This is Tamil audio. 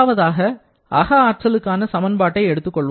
முதலாவதாக அக ஆற்றலுக்கான சமன்பாட்டை எடுத்துக் கொள்வோம்